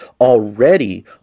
Already